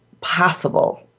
possible